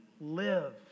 live